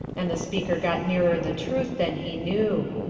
and the speaker got nearer the truth than he knew.